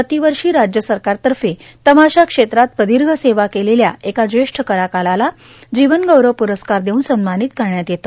प्रतिवर्षी राज्य सरकारतर्फे तमाशा क्षेत्रात प्रदीर्घ सेवा केलेल्या एका ज्येष्ठ कलाकाराला जीवनगौरव प्रस्कार देऊन सन्मानित करण्यात येते